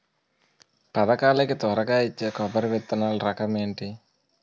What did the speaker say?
పథకాల కి త్వరగా వచ్చే కొబ్బరి విత్తనాలు రకం ఏంటి?